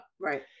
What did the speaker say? Right